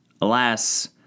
Alas